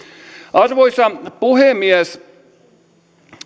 arvoisa puhemies